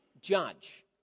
judge